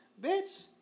bitch